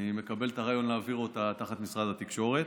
ואני מקבל את הרעיון להעביר אותה תחת משרד התקשורת,